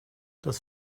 das